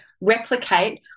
replicate